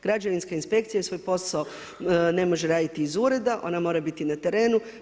Građevinska inspekcija svoj posao ne može raditi iz ureda, ona mora biti na terenu.